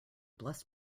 bless